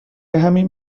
همین